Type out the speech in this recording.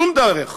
שום דרך,